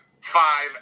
five